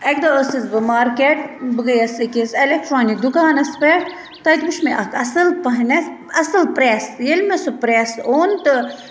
اَکہِ دۄہ ٲسٕس بہٕ مارکیٛٹ بہٕ گٔیَس أکِس ایٚلیٛکٹرٛانِک دُکانَس پٮ۪ٹھ تَتہِ وُچھ مےٚ اَکھ اصٕل پَہنیٚتھ اصٕل پرٛیٚس ییٚلہِ مےٚ سُہ پرٛیٚس اوٚن تہٕ